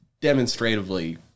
demonstratively